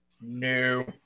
No